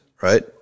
right